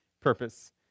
purpose